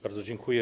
Bardzo dziękuję.